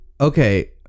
okay